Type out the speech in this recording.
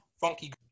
funky